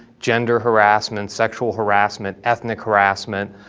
gender harassment, sexual harassment, ethnic harassment.